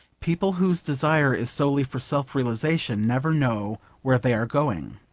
people whose desire is solely for self-realisation never know where they are going.